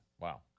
Wow